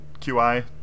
QI